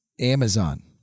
Amazon